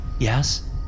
Yes